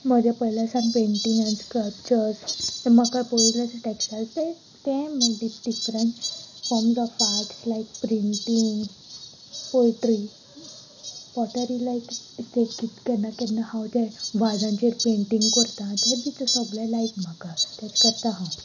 म्हज्या पयले सावन पेंटींग आनी स्कल्पचर्स म्हाका पोयलेश टॅक्स्टायल्स ते ते म्हण different forms of arts like printing poetry pottery like ते कित केन्ना केन्ना हांव ते वाजांचेर पेंटींग करता तें बी तें सगलें लायक म्हाका तेच करता हांव